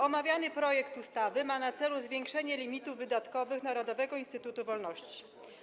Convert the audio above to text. Omawiany projekt ustawy ma na celu zwiększenie limitów wydatkowych Narodowego Instytutu Wolności.